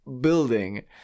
building